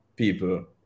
people